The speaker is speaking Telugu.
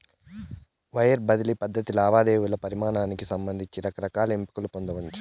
వైర్ బదిలీ పద్ధతి లావాదేవీల పరిమానానికి సంబంధించి రకరకాల ఎంపికలు పొందచ్చు